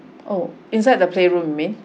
oh inside the playroom you mean